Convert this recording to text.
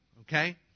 Okay